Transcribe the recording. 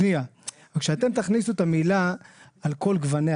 כשאתם תכניסו את המילים 'על כל גווניה',